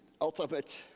ultimate